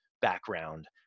background